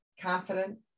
confident